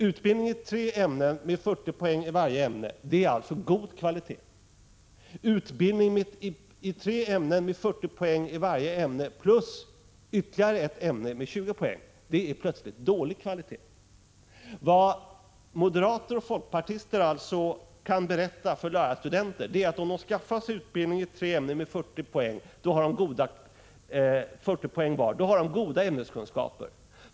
Utbildning i tre ämnen med 40 poäng i vartdera ämnet är alltså att anse som god kvalitet. Utbildning i tre ämnen med 40 poäng i varje plus ytterligare ett ämne med 20 poäng, är plötsligt dålig kvalitet. Vad moderater och folkpartister alltså kan berätta för lärarstudenter är att de, om de skaffar sig utbildning i tre ämnen med 40 poäng i vartdera ämnet, har goda ämneskunskaper.